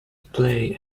play